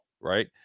right